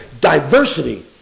diversity